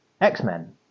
X-Men